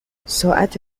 ساعت